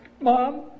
Mom